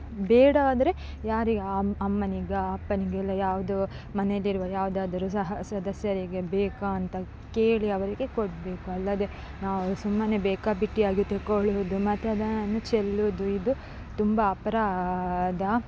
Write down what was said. ಬೇಡವಾದರೆ ಯಾರಿಗೆ ಅಮ್ಮ ಅಮ್ಮನಿಗಾ ಅಪ್ಪನಿಗೆಲ್ಲ ಯಾವುದು ಮನೆಯಲ್ಲಿ ಇರುವ ಯಾವುದಾದರು ಸಹ ಸದಸ್ಯರಿಗೆ ಬೇಕಾ ಅಂತ ಕೇಳಿ ಅವರಿಗೆ ಕೊಡಬೇಕು ಅಲ್ಲದೆ ನಾವು ಸುಮ್ಮನೆ ಬೇಕಾಬಿಟ್ಟಿಯಾಗಿ ತೆಗೊಳ್ಳುವುದು ಮತ್ತು ಅದನ್ನು ಚೆಲ್ಲುವುದು ಇದು ತುಂಬ ಅಪರಾಧ